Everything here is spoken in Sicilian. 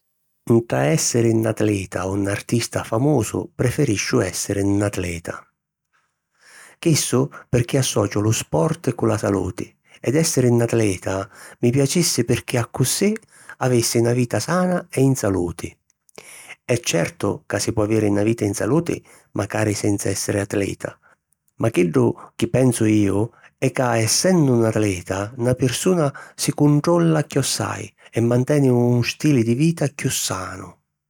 Ntra èssiri 'n atleta o 'n artista famusu preferisciu èssiri 'n atleta. Chissu pirchì associu lu sport cu la saluti, ed èssiri 'n atleta mi piacissi pirchì accussì avissi na vita sana e in saluti. È certu ca si po aviri na vita in saluti macari senza èssiri atleta, ma chiddu chi pensu iu è ca essennu 'n atleta, na pirsuna si cuntrolla chiossai e manteni un stili di vita chiù sanu.